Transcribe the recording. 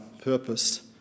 purpose